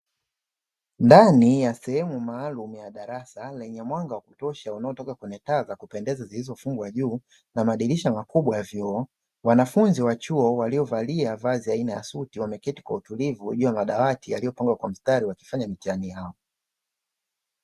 Ndani ya sehemu maalumu ya darasa lenye mwanga wa kutosha unaotoka kwenye taa za kupendeza zilizofungwa juu na madirisha makubwa ya vioo, wanafunzi wa chuo waliovalia vazi aina ya suti wameketi kwa utulivu juu ya madawati yaliyopangwa kwa mstari wakifanya mitihani yao.